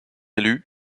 élu